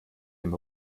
dem